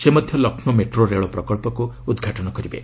ସେ ମଧ୍ୟ ଲକ୍ଷ୍ରୌ ମେଟ୍ରୋ ରେଳ ପ୍ରକ୍ଷକୁ ଉଦ୍ଘାଟନ କରିବେ